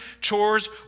chores